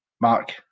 Mark